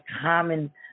common